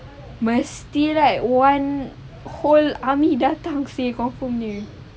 but still right one whole army datang sia confirm dia